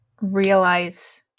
realize